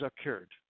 occurred